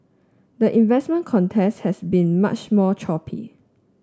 the investment contest has been much more choppy